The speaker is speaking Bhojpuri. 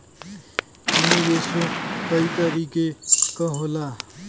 निवेशो कई तरीके क होला